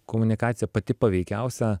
komunikacija pati paveikiausia